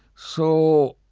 so,